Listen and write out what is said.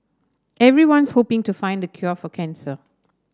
everyone's hoping to find the cure for cancer